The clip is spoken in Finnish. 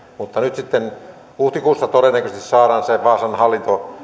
mutta nyt sitten huhtikuussa todennäköisesti saadaan vaasan hallinto